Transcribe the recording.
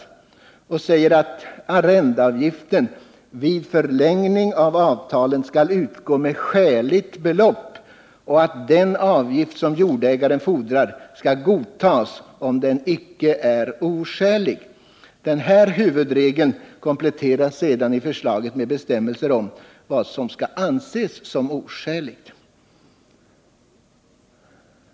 I den regeln sägs att arrendeavgiften vid förlängning av avtalet skall utgå med skäligt belopp och att den avgift som jordägaren fordrar skall godtas, om den icke är oskälig. Denna huvudregel kompletteras sedan i förslaget med bestämmelser om vad som skall anses oskäligt.